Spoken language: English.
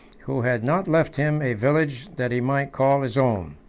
who had not left him a village that he might call his own.